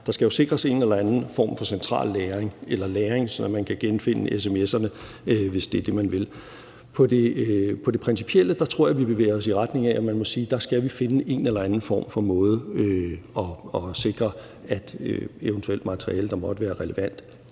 end mig – sikres en eller anden form for central lagring, så man kan genfinde sms'erne, hvis det er det, man vil. I forhold til det principielle tror jeg, vi bevæger os i retning af, at man må sige, at der skal vi finde en eller anden måde at sikre, at eventuelt materiale, der måtte være relevant,